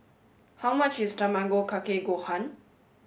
how much is Tamago Kake Gohan